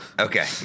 Okay